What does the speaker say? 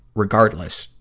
regardless,